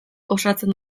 osatzen